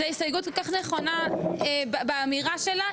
זוהי הסתייגות כל כך נכונה באמירה שלה.